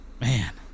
man